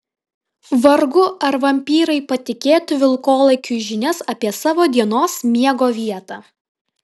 vargu ar vampyrai patikėtų vilkolakiui žinias apie savo dienos miego vietą